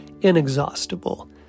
inexhaustible